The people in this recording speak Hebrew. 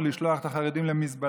או: לשלוח את החרדים למזבלה,